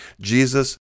Jesus